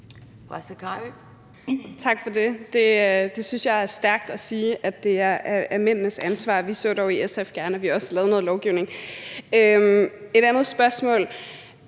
Tak for det. Jeg synes, det er stærkt at sige, at det er mændenes ansvar. SF så dog gerne, at vi også lavede noget lovgivning. Ordføreren